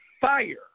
fire